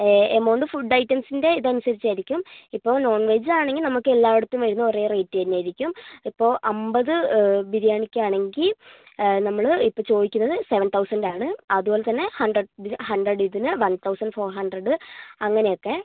amount food ഐറ്റംസിൻ്റെ ഇതനുസരിച്ചായിരിക്കും ഇപ്പം നോൺ വെജ്ജാണെങ്കിൽ നമ്മൾക്കെല്ലായിടത്തും വരുന്നത് ഒരേ റേറ്റു തന്നെയായിരിക്കും ഇപ്പോൾ അമ്പത് ബിരിയാണിക്കാണെങ്കിൽ നമ്മൾ ഇപ്പോൾ ചോദിക്കുന്നത് സെവൻ തൗസൻഡ് ആണ് അതുപോലെത്തന്നെ ഹൺഡ്രഡ് ഹൺഡ്രെഡ് ഇതിന് വൺ തൗസൻഡ് ഫോർ ഹൺഡ്രഡ് അങ്ങനെയൊക്കെ